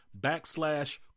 backslash